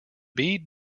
bead